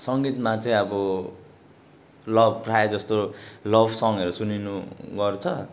सङ्गीतमा चाहिँ अब लभ प्रायःजस्तो लभ सङ्गहरू सुनिने गर्छ